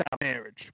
marriage